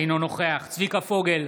אינו נוכח צביקה פוגל,